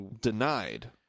Denied